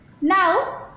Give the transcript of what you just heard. now